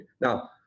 Now